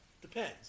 depends